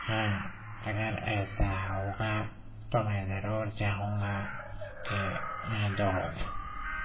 ہاں اگر ایسا ہوگا تو میں ضرور چاہوں گا کہ میں دوڑوں